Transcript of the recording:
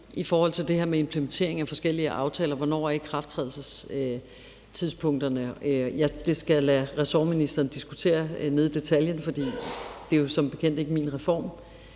det her med implementering af forskellige aftaler – hvornår er ikrafttrædelsestidspunkterne? Det skal jeg lade ressortministeren diskutere ned i detaljen, for det er jo som bekendt ikke min reform,